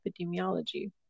epidemiology